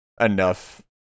enough